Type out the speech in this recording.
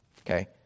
Okay